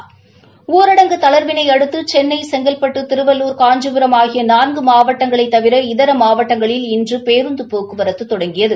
தமிழகத்தில் ஊரடங்கு தளா்விளை அடுத்து சென்ளை செங்கல்பட்டு திருவள்ளுர் காஞ்சிபுரம் ஆகிய நான்கு மாவடடங்களைத் தவிர இதர மாவட்டங்களில் இன்று பேருந்து போக்குவரத்து தொடங்கியது